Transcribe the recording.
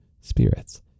spirits